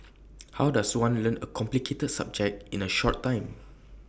how does one learn A complicated subject in A short time